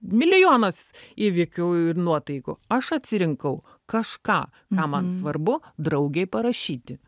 milijonas įvykių ir nuotaikų aš atsirinkau kažką ką man svarbu draugei parašyti